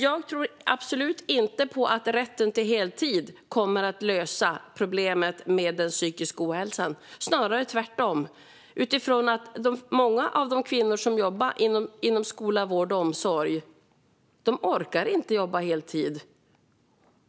Jag tror absolut inte att rätten till heltid kommer att lösa problemet med den psykiska ohälsan, snarare tvärtom. Många av de kvinnor som jobbar inom skola, vård och omsorg orkar inte jobba heltid.